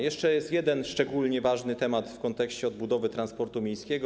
Jeszcze jest jeden szczególnie ważny temat w kontekście odbudowy transportu miejskiego.